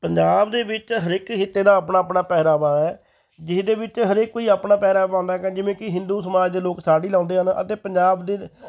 ਪੰਜਾਬ ਦੇ ਵਿੱਚ ਹਰੇਕ ਖਿੱਤੇ ਦਾ ਆਪਣਾ ਆਪਣਾ ਪਹਿਰਾਵਾ ਹੈ ਜਿਹਦੇ ਵਿੱਚ ਹਰੇਕ ਕੋਈ ਆਪਣਾ ਪਹਿਰਾਵਾ ਪਾਉਂਦਾ ਹੈਗਾ ਜਿਵੇਂ ਕਿ ਹਿੰਦੂ ਸਮਾਜ ਦੇ ਲੋਕ ਸਾੜੀ ਲਾਉਂਦੇ ਹਨ ਅਤੇ ਪੰਜਾਬ ਦੇ